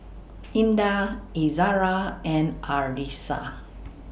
Indah Izara and Arissa